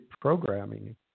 programming